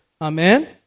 Amen